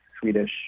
Swedish